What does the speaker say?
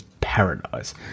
paradise